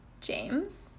James